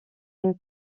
une